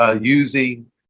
using